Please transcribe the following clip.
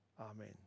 Amen